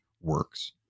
works